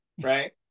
Right